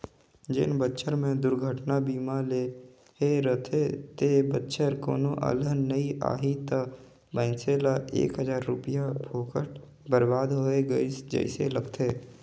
जेन बच्छर मे दुरघटना बीमा लेहे रथे ते बच्छर कोनो अलहन नइ आही त मइनसे ल एक हजार रूपिया फोकट बरबाद होय गइस जइसे लागथें